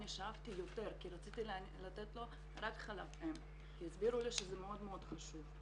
כי רציתי לתת לו רק חלב אם כי הסבירו לי שזה מאוד מאוד חשוב.